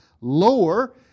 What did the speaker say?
lower